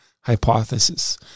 hypothesis